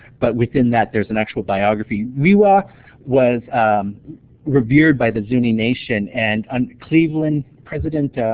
but within that there's an actual biography. we-wha was revered by the zuni nation, and on cleveland's president